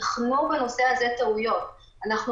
ייתכנו טעויות בנושא הזה.